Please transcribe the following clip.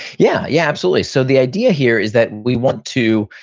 yeah. yeah. absolutely. so the idea here is that we want to,